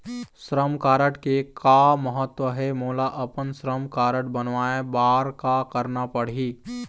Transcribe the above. श्रम कारड के का महत्व हे, मोला अपन श्रम कारड बनवाए बार का करना पढ़ही?